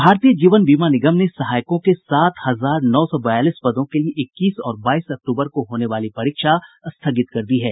भारतीय जीवन बीमा निगम ने सहायकों के सात हजार नौ सौ बयालीस पदों के लिये इक्कीस और बाईस अक्टूबर को होने वाली परीक्षा स्थगित कर दी है